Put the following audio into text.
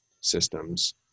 systems